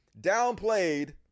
downplayed